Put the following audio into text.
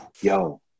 Yo